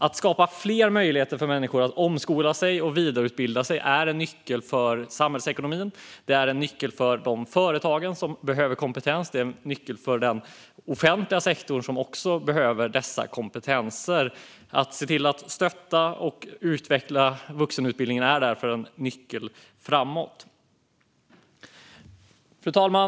Att skapa fler möjligheter för människor att omskola sig och vidareutbilda sig är en nyckel för samhällsekonomin. Det är en nyckel för de företag som behöver kompetens. Det är en nyckel för den offentliga sektorn, som också behöver dessa kompetenser. Att stötta och utveckla vuxenutbildningen är därför en nyckel framåt. Fru talman!